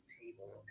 table